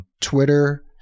Twitter